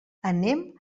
anem